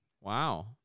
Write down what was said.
Wow